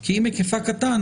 כי אם היקפה קטן,